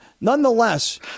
Nonetheless